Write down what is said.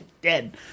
dead